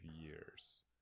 years